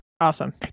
Awesome